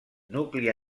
nucli